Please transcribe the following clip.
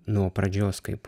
nuo pradžios kaip